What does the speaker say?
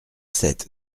sept